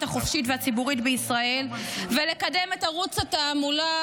החופשית והציבורית בישראל ולקדם את ערוץ התעמולה,